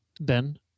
Ben